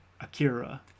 akira